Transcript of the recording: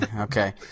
Okay